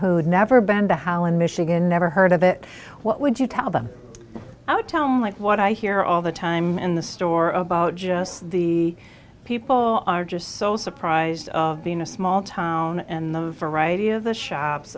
had never been to holland michigan never heard of it what would you tell them i would tell like what i hear all the time in the store about just the people are just so surprised of being a small town and the variety of the shops